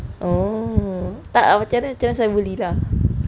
oh tak macam mana macam mana safian buli lah